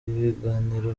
ibiganiro